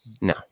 No